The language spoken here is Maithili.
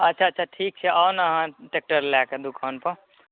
अच्छा अच्छा ठीक छै आउ ने अहाँ टैक्टर लैकऽ दुकान पर